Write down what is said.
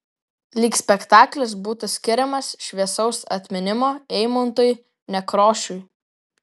lyg spektaklis būtų skiriamas šviesaus atminimo eimuntui nekrošiui